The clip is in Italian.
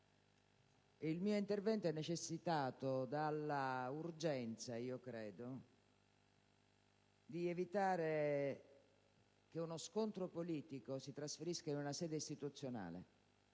Il mio intervento è necessitato dall'urgenza, io credo, di evitare che uno scontro politico si trasferisca in una sede istituzionale,